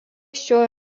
šiuo